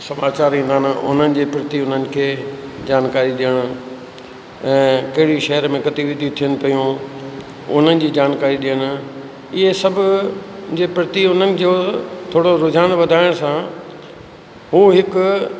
समाचार ईंदा आहिनि उन्हनि जे प्रति उन्हनि खे जानकारी ॾियणु कहिड़े शहर में गतिविधि थियनि पयूं उन्हनि जी जानकारी ॾियणु इहे सभ जे प्रति उन्हनि जो थोरो रुझान वधाइण सां उहो हिकु